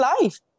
life